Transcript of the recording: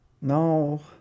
No